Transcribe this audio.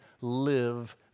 live